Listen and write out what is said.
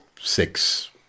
six